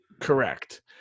Correct